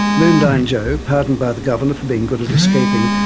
moondyne joe, pardoned by the governor for being good at escaping,